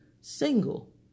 Single